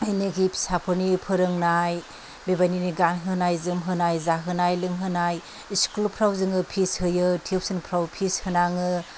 जायनाखि फिसाफोरनि फोरोंनाय बेबायदिनो गानहोनाय जोमहोनाय जाहोनाय लोंहोनाय इस्कुलफ्राव जोङो फिस होयो टिउसोनफ्राव जोङो फिस होनाङो